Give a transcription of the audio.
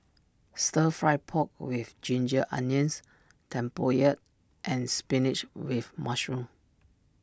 Stir Fried Pork with Ginger Onions Tempoyak and Spinach with Mushroom